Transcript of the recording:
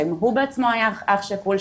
שגם הוא בעצמו היה אח שכול,